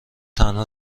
تنها